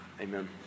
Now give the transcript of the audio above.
Amen